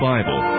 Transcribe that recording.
Bible